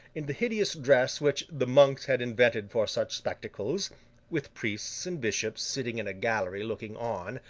in the hideous dress which the monks had invented for such spectacles with priests and bishops sitting in a gallery looking on,